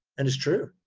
and it's true.